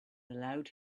allowed